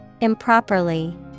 Improperly